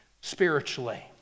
spiritually